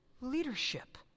Leadership